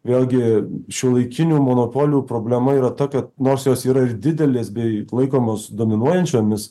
vėlgi šiuolaikinių monopolių problema yra ta kad nors jos yra ir didelės bei laikomos dominuojančiomis